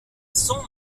son